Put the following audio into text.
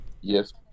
Yes